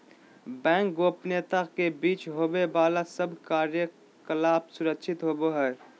bank गोपनीयता के बीच होवे बाला सब क्रियाकलाप सुरक्षित होवो हइ